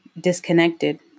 disconnected